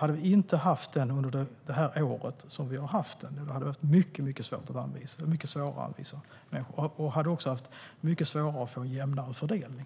Om vi inte hade haft den under det här året hade det varit mycket svårare att anvisa människor och att få en jämnare fördelning.